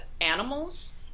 animals